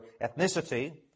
ethnicity